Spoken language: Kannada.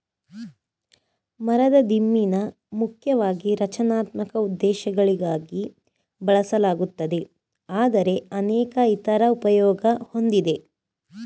ಮರದ ದಿಮ್ಮಿನ ಮುಖ್ಯವಾಗಿ ರಚನಾತ್ಮಕ ಉದ್ದೇಶಗಳಿಗಾಗಿ ಬಳಸಲಾಗುತ್ತದೆ ಆದರೆ ಅನೇಕ ಇತರ ಉಪಯೋಗ ಹೊಂದಿದೆ